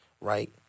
right